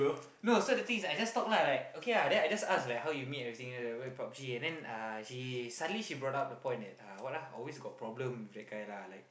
no so the thing is that I just talk lah like okay ah then I just ask like how you meet everything then after that PUB-G and then uh she suddenly she brought up the point that uh what ah always got problem with that guy lah like